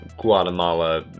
Guatemala